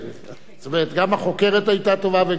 זאת אומרת, גם החוקרת היתה טובה וגם המשיב.